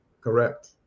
Correct